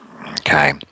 Okay